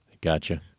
Gotcha